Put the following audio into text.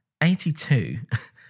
82